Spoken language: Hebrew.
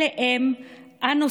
אלה הם הנושאים,